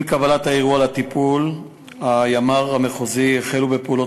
עם קבלת העברת האירוע לטיפול הימ"ר המחוזי החלו פעולות